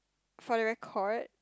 for the record